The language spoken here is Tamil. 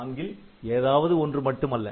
நான்கில் ஏதாவது ஒன்று மட்டுமல்ல